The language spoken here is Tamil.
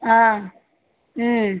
ஆ ம்